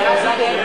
נא להצביע.